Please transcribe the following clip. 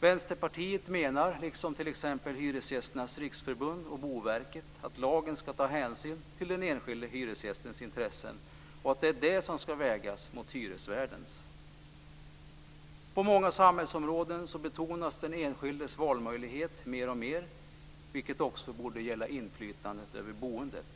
Vänsterpartiet menar, liksom t.ex. Hyresgästernas riksförbund och Boverket, att lagen ska ta hänsyn till den enskilde hyresgästens intressen och att det är detta som ska vägas mot hyresvärdens intressen. På många samhällsområden betonas den enskildes valmöjligheter mer och mer, vilket också borde gälla inflytandet över boendet.